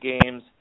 games